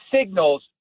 signals